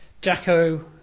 Jacko